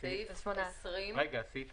(5)עובד רשות מקומית שהוסמך לפי סעיף